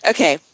Okay